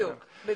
בדיוק.